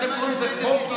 אתם קוראים לזה חוק-יסוד,